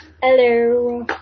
Hello